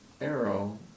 arrow